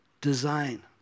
design